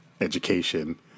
education